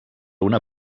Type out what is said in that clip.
una